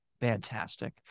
Fantastic